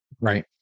Right